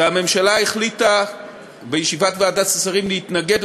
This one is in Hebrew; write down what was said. והממשלה החליטה בישיבת ועדת השרים להתנגד